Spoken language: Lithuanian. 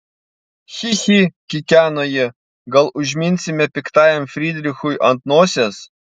chi chi kikeno ji gal užminsime piktajam frydrichui ant nosies